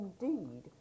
indeed